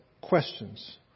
questions